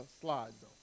slides